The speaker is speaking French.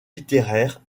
littéraires